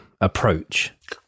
approach